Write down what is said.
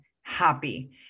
happy